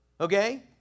okay